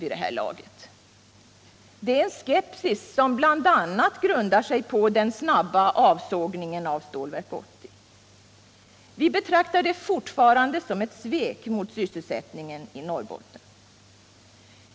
Det är en skepsis som bl.a. grundar sig på den snabba avsågningen av Stålverk 80. Vi betraktar det fortfarande som ett svek mot sysselsättningen i Norrbotten.